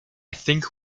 think